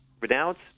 renounce